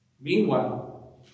Meanwhile